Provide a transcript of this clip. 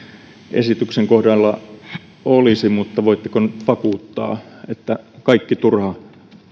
esityksen kohdalla olisi mutta voitteko vakuuttaa että kaikki turha